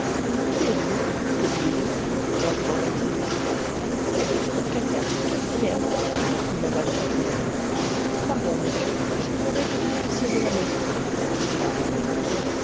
qui êtes-vous que voulez-vous leur demanda-t-il c'est les deux locataires du quatrième dit mme pipelet pardon monsieur j'ignorais que vous fussiez de la maison dit-il à rodolphe